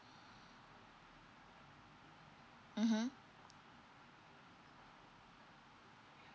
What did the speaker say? mmhmm